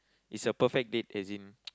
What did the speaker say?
it's a perfect date as in